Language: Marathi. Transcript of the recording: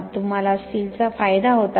तुम्हाला स्टीलचा फायदा होत आहे